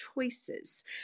choices